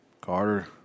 Carter